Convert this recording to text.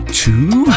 two